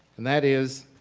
and that is